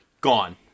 Gone